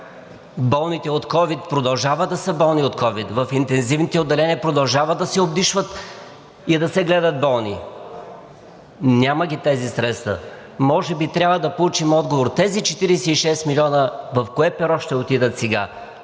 Болните от ковид продължават да са болни от ковид, в интензивните отделения продължават да се обдишват и да се гледат болни. Няма ги тези средства. Може би трябва да получим отговор тези 46 милиона в кое перо ще отидат сега